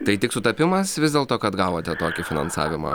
tai tik sutapimas vis dėlto kad gavote tokį finansavimą